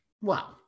wow